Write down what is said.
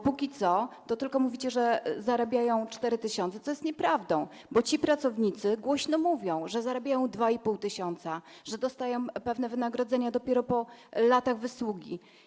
Póki co tylko mówicie, że zarabiają 4 tys., co jest nieprawdą, bo ci pracownicy głośno mówią, że zarabiają 2,5 tys., że dostają pewne wynagrodzenia dopiero po latach wysługi.